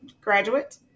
graduate